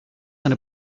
eine